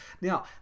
Now